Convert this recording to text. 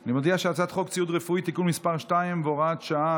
אני מודיע שהצעת חוק ציוד רפואי (תיקון מס' 2 והוראת שעה),